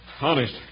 Honest